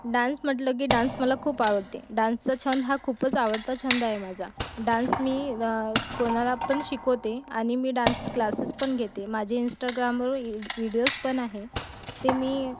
dance म्हटलं की dance मला खूप आवडते डान्सचा छंद हा खूपच आवडता छंद आहे माझा डान्स मी कोणाला पण शिकवते आणि मी डान्स क्लासेस पण घेते माझी इंस्टाग्रामवर इड् विडिओस् पण आहे ते मी